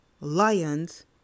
Lions